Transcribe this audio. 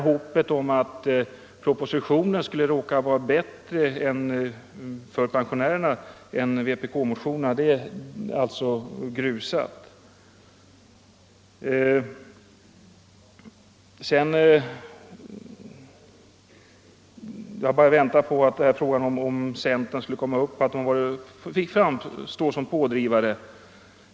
Hoppet om att propositionen skulle råka vara bättre för pensionärerna än vpk-motionerna i det avseendet är alltså grusat. Jag hade vidare väntat mig att det förhållandet att centern framstår som pådrivare skulle komma att tas upp.